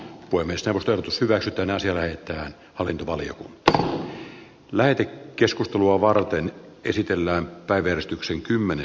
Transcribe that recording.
voimistelusta selkä kipeänä asiana että hallintovalio taa lähete keskustelua varten käsitellään päivystyksen kymmene